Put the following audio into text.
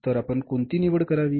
तर आपण कोणती निवड करावी